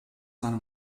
seinem